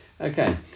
okay